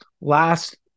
last